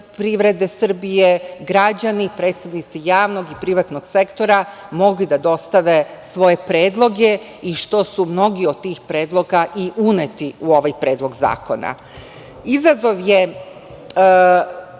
prirede Srbije građani, predstavnici javnog i privatnog sektora mogli da dostave svoje predloge i što su mnogi od tih predloga i uneti u ovaj Predlog zakona. Izazov je